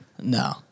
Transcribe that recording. No